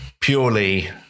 purely